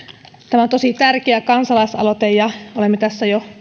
tämä on tosi tärkeä kansalaisaloite ja olemme tässä jo